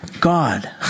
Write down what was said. God